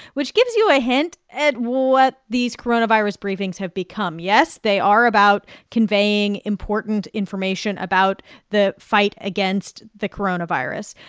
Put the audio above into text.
which gives you a hint at what these coronavirus briefings have become. yes they are about conveying important information about the fight against the coronavirus.